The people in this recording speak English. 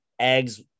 eggs